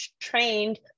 trained